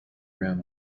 room